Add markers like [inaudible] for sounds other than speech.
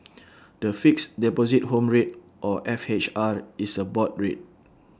[noise] the Fixed Deposit Home Rate or F H R is A board rate